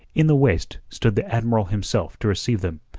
in the waist stood the admiral himself to receive them,